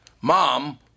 Mom